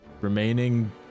remaining